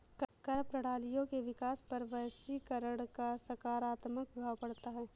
कर प्रणालियों के विकास पर वैश्वीकरण का सकारात्मक प्रभाव पढ़ता है